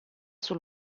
sul